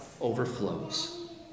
overflows